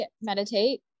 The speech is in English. meditate